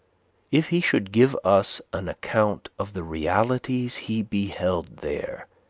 if he should give us an account of the realities he beheld there,